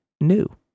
new